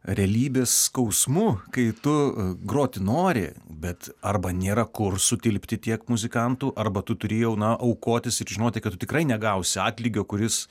realybės skausmu kai tu groti nori bet arba nėra kur sutilpti tiek muzikantų arba tu turi jau na aukotis ir žinoti kad tikrai negausi atlygio kuris